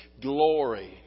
glory